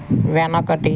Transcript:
వెనకటి